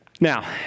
Now